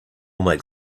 make